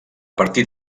partir